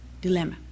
dilemma